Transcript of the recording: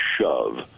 shove